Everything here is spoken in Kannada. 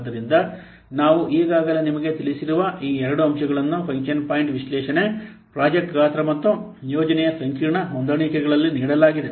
ಆದ್ದರಿಂದ ನಾವು ಈಗಾಗಲೇ ನಿಮಗೆ ತಿಳಿಸಿರುವ ಈ ಎರಡು ಅಂಶಗಳನ್ನು ಫಂಕ್ಷನ್ ಪಾಯಿಂಟ್ ವಿಶ್ಲೇಷಣೆ ಪ್ರಾಜೆಕ್ಟ್ ಗಾತ್ರ ಮತ್ತು ಯೋಜನೆಯ ಸಂಕೀರ್ಣತೆ ಹೊಂದಾಣಿಕೆಗಳಲ್ಲಿ ನೀಡಲಾಗಿದೆ